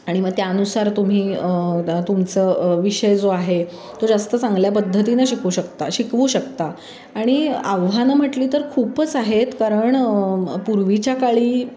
आणि म त्यानुसार तुम्ही तुमचं विषय जो आहे तो जास्त चांगल्या पद्धतीनं शिकू शकता शिकवू शकता आणि आव्हानं म्हटली तर खूपच आहेत कारण पूर्वीच्या काळी